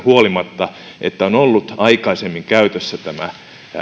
huolimatta että on ollut aikaisemmin käytössä tämä